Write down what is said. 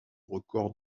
record